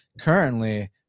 currently